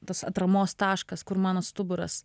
tas atramos taškas kur mano stuburas